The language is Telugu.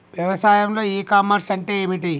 వ్యవసాయంలో ఇ కామర్స్ అంటే ఏమిటి?